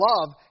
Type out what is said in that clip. love